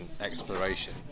exploration